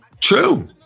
True